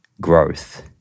growth